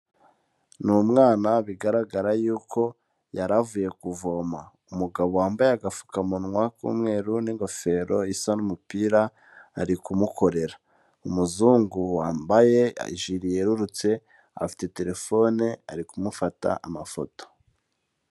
Ni umwana bigaragara yuko yaravuye kuvoma. Umugabo wambaye agapfukamunwa k'umweru n'ingofero isa n'umupira ari kumukorera. Umuzungu wambaye ijuri yerurutse afite telefone ari kumufata amafoto.